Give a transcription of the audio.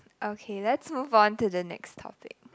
okay let's move on to the next topic